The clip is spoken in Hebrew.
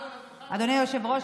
אדוני היושב-ראש,